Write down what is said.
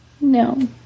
No